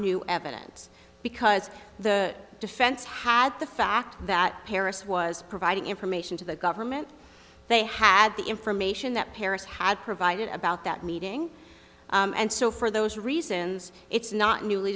new evidence because the defense had the fact that paris was providing information to the government they had the information that paris had provided about that meeting and so for those reasons it's not ne